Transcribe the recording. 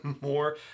more